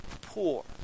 poor